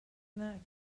not